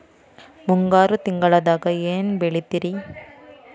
ಮುಂಗಾರು ತಿಂಗಳದಾಗ ಏನ್ ಬೆಳಿತಿರಿ?